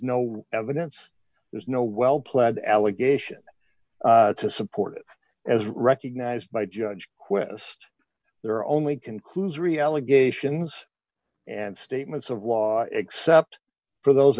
no evidence there's no well planned allegation to support it as recognized by judge quest there are only conclusory allegations and statements of law except for those